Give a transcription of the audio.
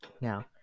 Now